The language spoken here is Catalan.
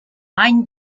any